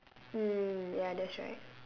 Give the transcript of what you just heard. mm ya that's right